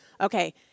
Okay